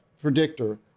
predictor